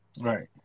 Right